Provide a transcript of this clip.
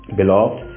beloved